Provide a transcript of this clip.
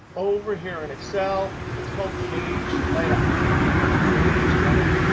over here in excel, it's called page layout. i'm going to click on page layout.